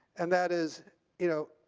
and that is you know